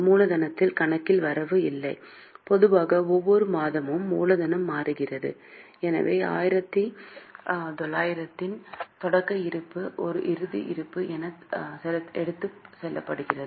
மூலதனக் கணக்கில் வரவு இல்லை பொதுவாக ஒவ்வொரு மாதமும் மூலதனம் மாறாது எனவே 1900 இன் தொடக்க இருப்பு ஒரு இறுதி இருப்பு என எடுத்துச் செல்லப்படுகிறது